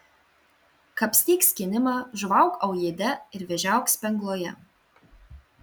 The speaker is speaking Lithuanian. kapstyk skynimą žuvauk aujėde ir vėžiauk spengloje